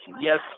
Yes